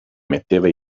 metteva